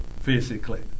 physically